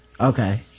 Okay